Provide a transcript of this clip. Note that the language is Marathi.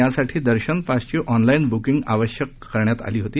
यासाठी दर्शन पासची ऑनलाईन बुकिंग आवश्यक करण्यात आली आहे